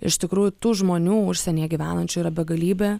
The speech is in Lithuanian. iš tikrųjų tų žmonių užsienyje gyvenančių yra begalybė